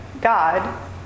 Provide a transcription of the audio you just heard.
God